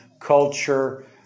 culture